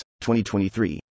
2023